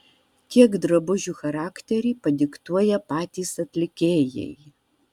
kiek drabužių charakterį padiktuoja patys atlikėjai